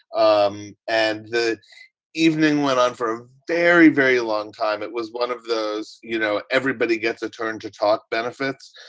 um and the evening went on for a very, very long time. it was one of those you know, everybody gets a turn to talk benefits.